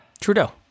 Trudeau